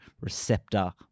receptor